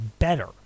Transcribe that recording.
better